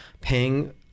paying